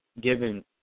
given